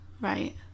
Right